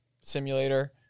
simulator